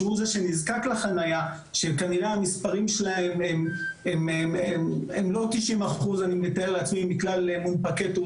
שהוא זה שנזקק לחניה שכנראה הם לא 90% מכלל מונפקי תו